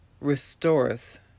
restoreth